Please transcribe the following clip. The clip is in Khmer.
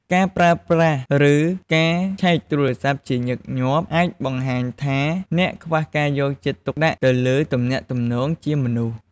ការប្រើប្រាស់ ឬការឆែកទូរស័ព្ទជាញឹកញាប់អាចបង្ហាញថាអ្នក ខ្វះការយកចិត្តទុកដាក់ទៅលើទំនាក់ទំនងជាមនុស្ស។